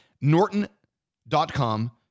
Norton.com